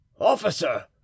Officer